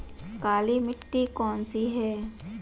काली मिट्टी कौन सी है?